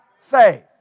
faith